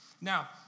Now